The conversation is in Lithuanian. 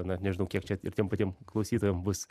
na nežinau kiek čia ir tiems patiems klausytojams bus